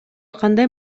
кандай